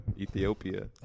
Ethiopia